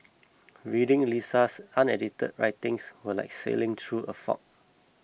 reading Lisa's unedited writings was like sailing through a fog